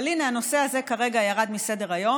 אבל הינה, הנושא הזה כרגע ירד מסדר-היום.